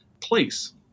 place